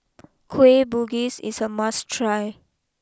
Kueh Gugis is a must try